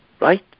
Right